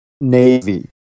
Navy